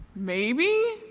maybe?